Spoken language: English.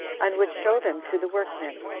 and would show them to the workmen,